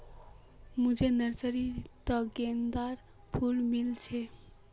मुझे नर्सरी त गेंदार फूल मिल छे